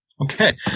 Okay